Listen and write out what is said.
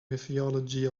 mythology